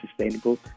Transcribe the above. sustainable